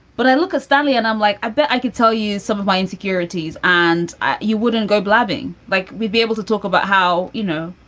but i look at stanley and i'm like, i bet i could tell you some of my insecurities and you wouldn't go blabbing. like we'd be able to talk about how, you know,